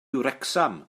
wrecsam